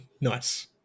Nice